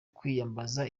kwiyambaza